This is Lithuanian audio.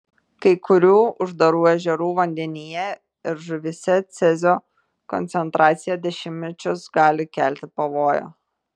kai kurių uždarų ežerų vandenyje ir žuvyse cezio koncentracija dešimtmečius gali kelti pavojų